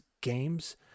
games